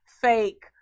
fake